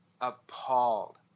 appalled